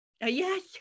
Yes